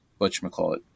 Whatchamacallit